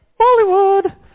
Bollywood